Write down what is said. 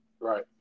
Right